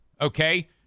Okay